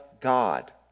God